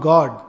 God